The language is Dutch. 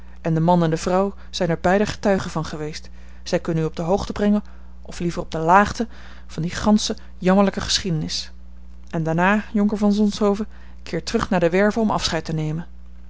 blount de man en de vrouw zijn er beiden getuigen van geweest zij kunnen u op de hoogte brengen of liever op de laagte van die gansche jammerlijke geschiedenis en daarna jonker van zonshoven keer terug naar de werve om afscheid te nemen